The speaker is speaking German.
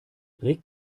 reg